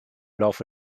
laufe